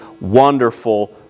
wonderful